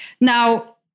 Now